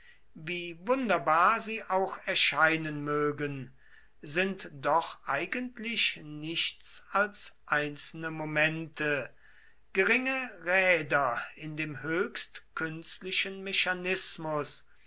wie wunderbar sie auch erscheinen mögen sind doch eigentlich nichts als einzelne momente geringe räder in dem höchst künstlichen mechanismus